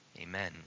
amen